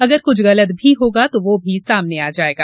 अगर क्छ गलत भी होगा तो वो भी सामने आ जायेगा